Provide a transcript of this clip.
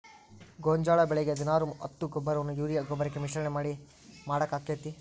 ಗೋಂಜಾಳ ಬೆಳಿಗೆ ಹದಿನಾರು ಹತ್ತು ಗೊಬ್ಬರವನ್ನು ಯೂರಿಯಾ ಗೊಬ್ಬರಕ್ಕೆ ಮಿಶ್ರಣ ಮಾಡಾಕ ಆಕ್ಕೆತಿ?